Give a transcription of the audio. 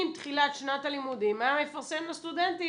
עם תחילת שנת הלימודים היה מפרסם לסטודנטים,